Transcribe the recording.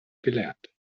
gelernt